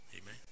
Amen